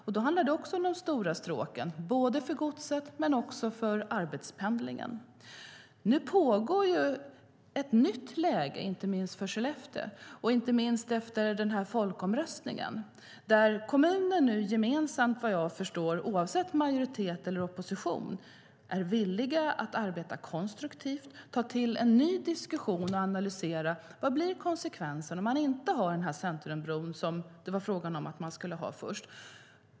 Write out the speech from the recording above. Det handlar också om de stora stråken för både gods och arbetspendling. Nu är det ett nytt läge i Skellefteå efter folkomröstningen där majoritet och opposition i kommunen är villig att arbeta gemensamt och konstruktivt för att få till en ny diskussion och analysera vad konsekvenserna blir om man inte har den centrumbro man först skulle ha.